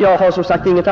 Jag har som sagt inget